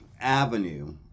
avenue